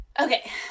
Okay